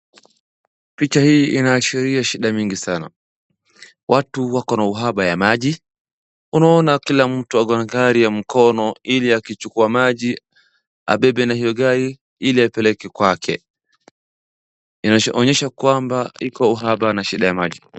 Picha hii inaashiria shida mingi sana. Watu wako na uhaba ya maji unaona kila mtu ako na gari ya mkono ili akichukua maji abebe na hiyo gari ili apeleke kwake. Inaonyesha kwamba iko hapa na shida ya maji.